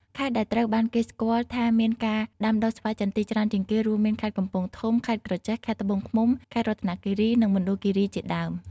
ខេត្តដែលត្រូវបានគេស្គាល់ថាមានការដាំដុះស្វាយចន្ទីច្រើនជាងគេ រួមមានខេត្តកំពង់ធំ ខេត្តក្រចេះ ខេត្តត្បូងឃ្មុំ ខេត្តរតនគិរី និងមណ្ឌលគិរីជាដើម។